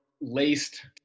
laced